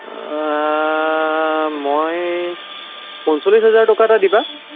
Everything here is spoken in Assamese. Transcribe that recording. মই পঞ্চল্লিছ হাজাৰ টকা এটা দিবা